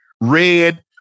Red